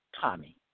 Tommy